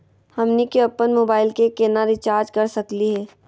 हमनी के अपन मोबाइल के केना रिचार्ज कर सकली हे?